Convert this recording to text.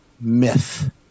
myth